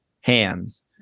hands